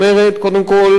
קודם כול,